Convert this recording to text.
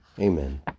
Amen